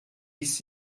ist